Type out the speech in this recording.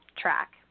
track